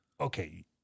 Okay